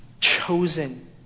Chosen